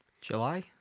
July